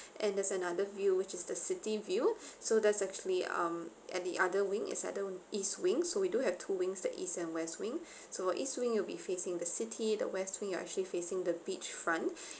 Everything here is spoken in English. and there's another view which is the city view so that's actually um at the other wing is at the east wing so we do have two wings the east and west wing so east wing you'll be facing the city the west wing you are actually facing the beach front